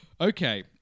Okay